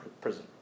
prison